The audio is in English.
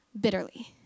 bitterly